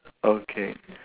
okay